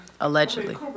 Allegedly